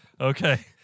Okay